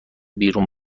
بیرون